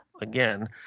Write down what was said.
again